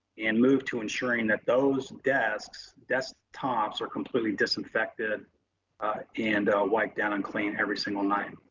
and move to ensuring that those desk desk tops are completely disinfected and wiped down and cleaned every single night.